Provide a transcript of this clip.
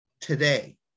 today